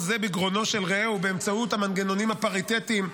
זה בגרונו של רעהו באמצעות המנגנונים הפריטטיים,